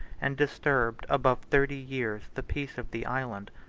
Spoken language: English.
and disturbed above thirty years the peace of the island.